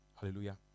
Hallelujah